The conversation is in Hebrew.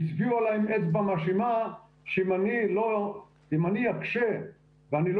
הצביעו עליי עם אצבע מאשימה שאם אני אקשה ולא